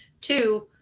Two